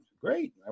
great